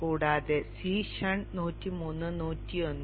കൂടാതെ Cshunt 103 101 0